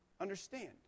understand